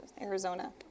Arizona